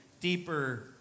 deeper